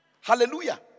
Hallelujah